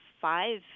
five